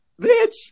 Bitch